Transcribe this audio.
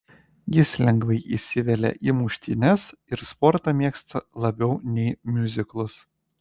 jis lengvai įsivelia į muštynes ir sportą mėgsta labiau nei miuziklus